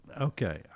okay